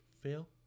fail